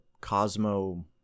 cosmo